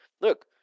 look